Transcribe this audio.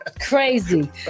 crazy